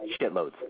shitloads